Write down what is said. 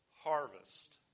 harvest